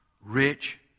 rich